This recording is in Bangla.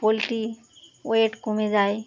পোলট্রি ওয়েট কমে যায়